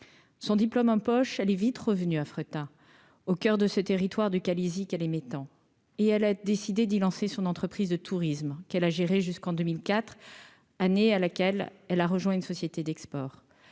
son diplôme en poche, elle est vite revenu à Freitas au coeur de ce territoire du Calaisis qu'mettant et elle a décidé d'y lancer son entreprise de tourisme qu'elle a géré jusqu'en 2004 années à laquelle elle a rejoint une société d'export